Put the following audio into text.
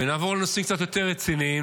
ונעבור לנושאים קצת יותר רציניים,